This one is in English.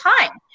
time